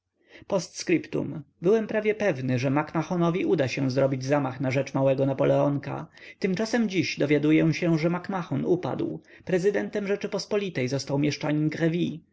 scriptum byłem pewny że mac-mahonowi uda się zrobić zamach na rzecz małego napoleonka tymczasem dziś dowiaduję się że mac-mahon upadł prezydentem rzeczypospolitej został mieszczanin grvy